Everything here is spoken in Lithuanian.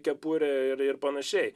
kepurę ir ir panašiai